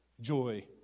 joy